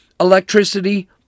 electricity